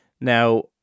Now